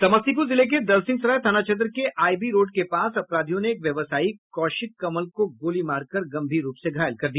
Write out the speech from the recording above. समस्तीपुर जिले के दलसिंहसराय थाना क्षेत्र के आईबी रोड के पास अपराधियों ने एक व्यवसायी कौशिक कमल को गोली मारकर गंभीर रूप से घायल कर दिया